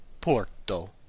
porto